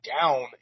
down